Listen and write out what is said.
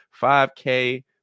5K